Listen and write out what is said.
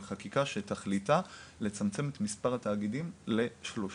על חקיקה שתכליתה לצמצם את מספר התאגידים ל- 30,